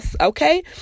okay